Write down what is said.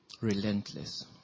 Relentless